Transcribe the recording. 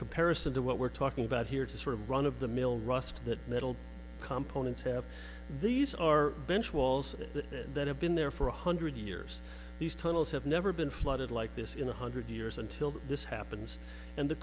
comparison to what we're talking about here to sort of run of the mill rust that metal components have these our bench walls that have been there for one hundred years these tunnels have never been flooded like this in one hundred years until this happens and the